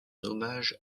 hommage